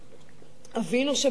אבינו שבשמים.